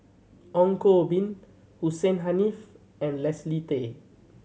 Ong Koh Bee Hussein Haniff and Leslie Tay